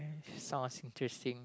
sounds was interesting